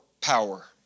power